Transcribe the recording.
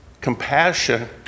Compassion